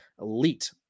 elite